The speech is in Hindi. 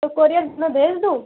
तो कोरियर मैं भेज दूँ